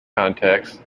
context